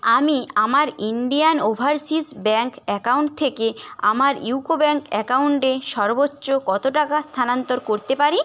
আমি আমার Indian Overseas Bank account থেকে আমার ইউকো ব্যাংক অ্যাকাউন্টে সর্বোচ্চ কতো টাকা স্থানান্তর করতে পারি